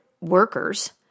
workers